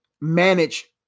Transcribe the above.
manage